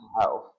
health